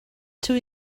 too